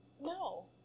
no